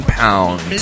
pounds